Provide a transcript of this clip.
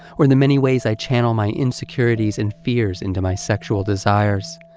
or the many ways i channel my insecurities and fears into my sexual desires,